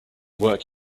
work